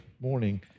morning